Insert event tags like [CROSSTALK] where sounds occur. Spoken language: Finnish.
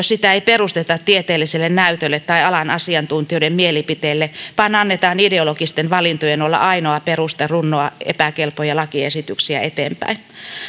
[UNINTELLIGIBLE] sitä ei perusteta tieteelliselle näytölle tai alan asiantuntijoiden mielipiteelle vaan annetaan ideologisten valintojen olla ainoa peruste runnoa epäkelpoja lakiesityksiä eteenpäin